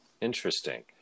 Interesting